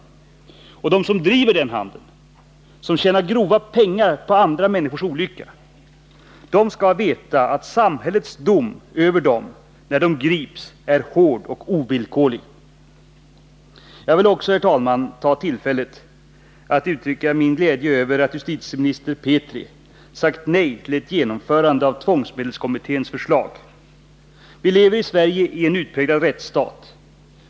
Och de som driver den handeln, som tjänar grova pengar på andra människors olycka, skall veta att samhällets dom över dem när de grips är hård och ovillkorlig. Jag vill också ta tillfället i akt att uttrycka min glädje över att justitieminister Petri har sagt nej till ett genomförande av tvångsmedelskommitténs förslag. Vi lever i Sverige i en utpräglad rättsstat.